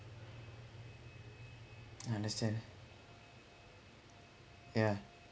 understand yeah